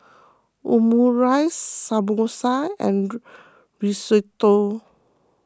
Omurice Samosa and Risotto